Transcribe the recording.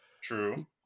true